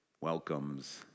welcomes